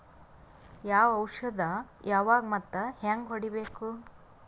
ಯಾವ ಔಷದ ಯಾವಾಗ ಮತ್ ಹ್ಯಾಂಗ್ ಹೊಡಿಬೇಕು?